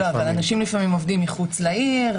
אבל אנשים לפעמים עובדים מחוץ לעיר,